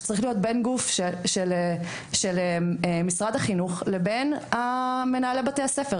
שצריך להיות בין גוף של משרד החינוך לבין מנהלי בתי הספר,